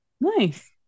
Nice